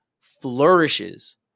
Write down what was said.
flourishes